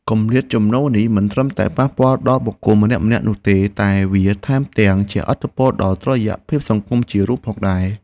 គម្លាតចំណូលនេះមិនត្រឹមតែប៉ះពាល់ដល់បុគ្គលម្នាក់ៗនោះទេតែវាថែមទាំងជះឥទ្ធិពលដល់តុល្យភាពសង្គមជារួមផងដែរ។